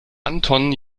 anton